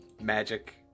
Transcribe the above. magic